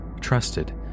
trusted